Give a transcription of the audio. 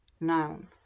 Noun